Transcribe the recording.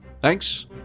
Thanks